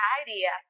idea